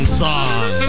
song